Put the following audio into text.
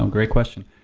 and great question.